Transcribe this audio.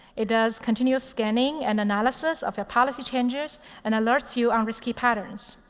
it does continuous scanning and analysis of your policy changes and alerts you on risky patterns.